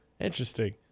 Interesting